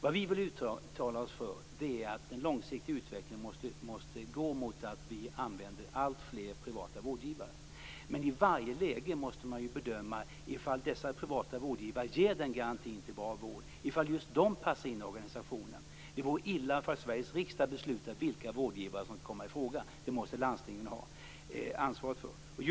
Vad vi vill uttala oss för är att en långsiktiga utveckling måste gå mot att vi använder alltfler privata vårdgivare, men i varje läge måste man bedöma om dessa privata vårdgivare garanterar bra vård och om just de passar in i organisationen. Det vore illa om Sveriges riksdag beslutade vilka vårdgivare som skall komma ifråga. Det måste landstingen ha ansvaret för.